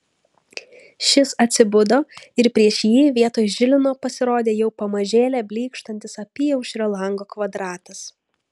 šis atsibudo ir prieš jį vietoj žilino pasirodė jau pamažėle blykštantis apyaušrio lango kvadratas